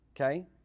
Okay